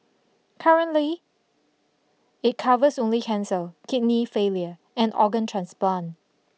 currently it covers only cancer kidney failure and organ transplant